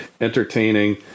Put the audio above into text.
entertaining